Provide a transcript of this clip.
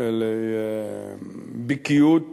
לבקיאות